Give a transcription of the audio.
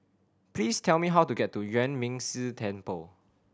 please tell me how to get to Yuan Ming Si Temple